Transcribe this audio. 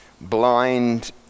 blind